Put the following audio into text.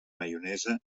maionesa